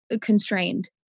constrained